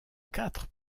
quatre